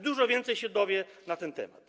Dużo więcej się dowie na ten temat.